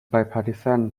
bipartisan